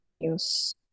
news